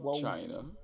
China